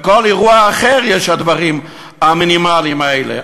בכל אירוע אחר יש הדברים המינימליים האלה,